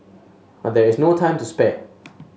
but there is no time to spare